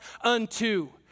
unto